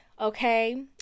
Okay